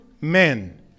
men